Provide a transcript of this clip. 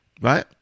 Right